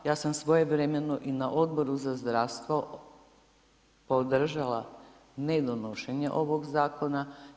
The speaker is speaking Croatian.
Ja sam svojevremeno i na Odboru za zdravstvo podržala ne donošenje ovoga zakona.